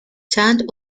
چند